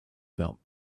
about